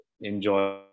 enjoy